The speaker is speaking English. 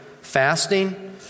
Fasting